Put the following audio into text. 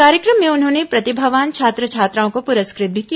कार्यक्रम में उन्होंने प्रतिभावान छात्र छात्राओं को पुरस्कृत भी किया